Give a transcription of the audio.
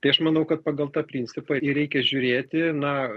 tai aš manau kad pagal tą principą ir reikia žiūrėti na